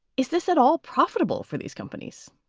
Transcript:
is this at all profitable for these companies?